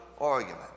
argument